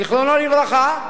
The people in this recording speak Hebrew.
זיכרונו לברכה,